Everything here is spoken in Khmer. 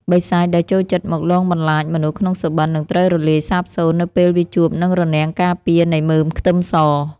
បិសាចដែលចូលចិត្តមកលងបន្លាចមនុស្សក្នុងសុបិននឹងត្រូវរលាយសាបសូន្យនៅពេលវាជួបនឹងរនាំងការពារនៃមើមខ្ទឹមស។